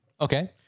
Okay